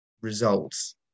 results